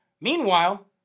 Meanwhile